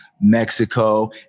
Mexico